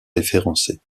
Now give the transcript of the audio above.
référencés